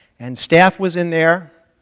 and staff was in there